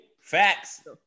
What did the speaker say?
Facts